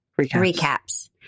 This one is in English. Recaps